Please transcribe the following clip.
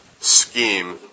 scheme